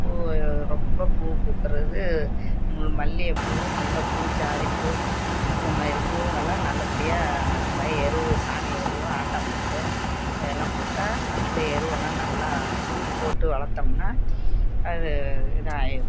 பூ ரொம்ப பூ பூக்கிறது மு மல்லியப் பூவும் முல்லைப் பூ ஜாதிப் பூ இந்த மாதிரி பூவுங்கள்லாம் நல்லபடியாக இது மாதிரி எருவு சாணி எருவு ஆட்டாம் புழுக்கை இது எல்லாம் போட்டால் இந்த எருவெல்லாம் நல்லா போட்டு வளர்த்தமுன்னா அது இதாயிடும்